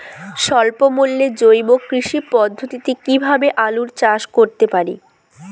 স্বল্প মূল্যে জৈব কৃষি পদ্ধতিতে কীভাবে আলুর চাষ করতে পারি?